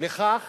לכך